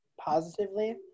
positively